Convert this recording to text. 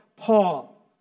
Paul